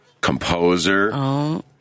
composer